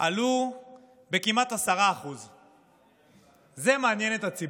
עלו בכמעט 10%. זה מעניין את הציבור.